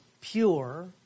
pure